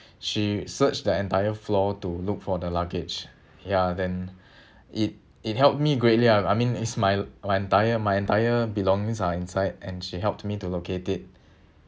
she searched the entire floor to look for the luggage ya then it it helped me greatly I I mean it's my my entire my entire belongings are inside and she helped me to locate it